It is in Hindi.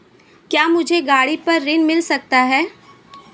क्या मुझे गाड़ी पर ऋण मिल सकता है?